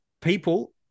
people